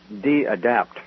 de-adapt